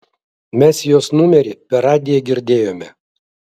mes jos numerį per radiją girdėjome